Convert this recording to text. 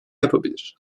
yapabilir